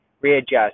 Readjust